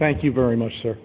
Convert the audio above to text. thank you very much sir